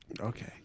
Okay